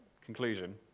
conclusion